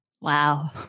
Wow